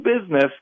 business